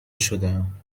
شدهام